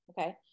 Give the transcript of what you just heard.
okay